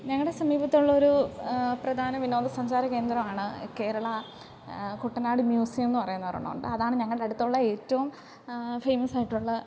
ഞങ്ങളുടെ സമീപത്തുള്ള ഒരു പ്രധാന വിനോദ സഞ്ചാരകേന്ദ്രം ആണ് കേരളാ കുട്ടനാട് മ്യൂസിയം എന്ന് പറയുന്ന ഒരെണ്ണമുണ്ട് അതാണ് ഞങ്ങളുടെ അടുത്തുള്ള ഏറ്റവും ഫേമസ് ആയിട്ടുള്ള